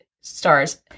stars